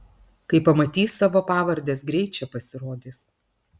kai pamatys savo pavardes greit čia pasirodys